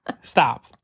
Stop